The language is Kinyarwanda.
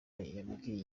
yabwiye